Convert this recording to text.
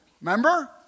Remember